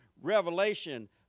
revelation